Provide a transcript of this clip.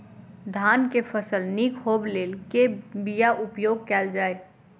धान केँ फसल निक होब लेल केँ बीया उपयोग कैल जाय?